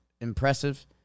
impressive